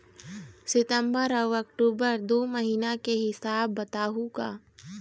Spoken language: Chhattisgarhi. सितंबर अऊ अक्टूबर दू महीना के हिसाब बताहुं का?